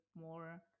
more